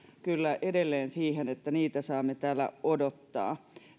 kyllä jääneet edelleen siihen että niitä saamme täällä odottaa